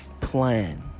plan